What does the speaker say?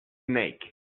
snake